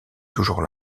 toujours